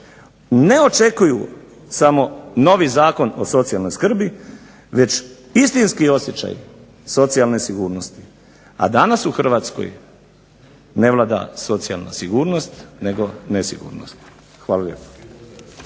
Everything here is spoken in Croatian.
ne očekuju samo novi Zakon o socijalnoj skrbi već istinski osjećaj socijalne sigurnosti. A danas u Hrvatskoj ne vlada socijalna sigurnost nego nesigurnost. Hvala lijepo.